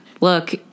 Look